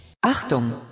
Achtung